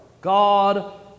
God